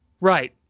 Right